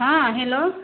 हँ हैलो